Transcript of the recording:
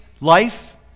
life